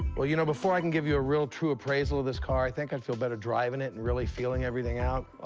well, you know, before i can give you a real true appraisal of this car, i think i'd feel better driving it and really feeling everything out.